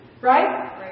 Right